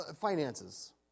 finances